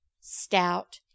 stout